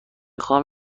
خواهم